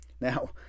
Now